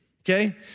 okay